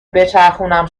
بچرخونم